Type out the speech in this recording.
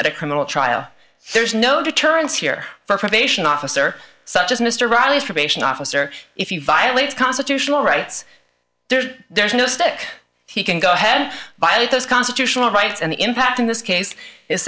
at a criminal trial there's no deterrence here for probation officer such as mr riley's probation officer if you violate constitutional rights there's there's no stick he can go ahead by those constitutional rights and the impact in this case is